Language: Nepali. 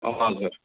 हजुर